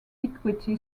equity